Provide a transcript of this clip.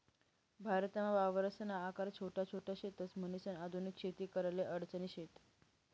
भारतमा वावरसना आकार छोटा छोट शेतस, म्हणीसन आधुनिक शेती कराले अडचणी शेत